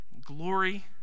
glory